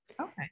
okay